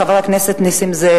חבר הכנסת נסים זאב,